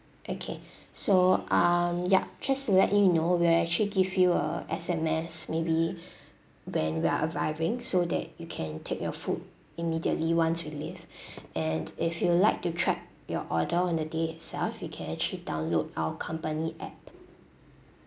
okay so um ya just to let you know we'll actually give you a S_M_S maybe when we're arriving so that you can take your food immediately once we leave and if you would like to track your order on the day itself you can actually download our company app